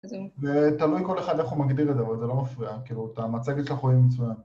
‫זה תלוי כל אחד איך הוא מגדיר את זה, ‫אבל זה לא מפריע. ‫כאילו, את המצגת שלך רואים מצוין.